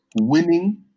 Winning